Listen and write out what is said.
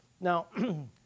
Now